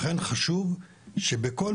לכן חשוב שבכל